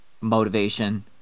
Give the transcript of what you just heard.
motivation